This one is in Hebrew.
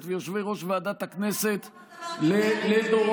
ויושבי-ראש ועדת הכנסת לדורותיהם,